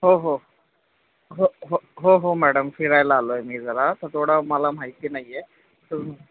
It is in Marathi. हो हो हो हो हो हो मॅडम फिरायला आलो आहे मी जरा तर थोडं मला माहिती नाही आहे तर